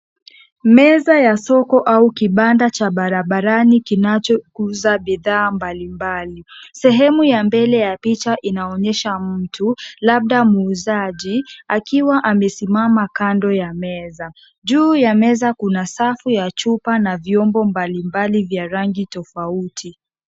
Meza ya soko au kibanda cha barabarani kinachouza bidhaa mbalimbali. Sehemu ya mbele ya picha inaonyesha mtu labda muuzaji akiwa amesimama kando ya meza. Juu ya meza kuna safu ya chupa na vyombo mbalimbali vya rangi tofauti.